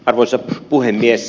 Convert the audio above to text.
arvoisa puhemies